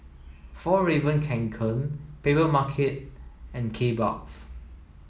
Fjallraven Kanken Papermarket and Kbox